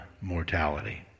mortality